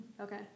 Okay